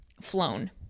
Flown